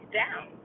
down